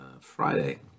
Friday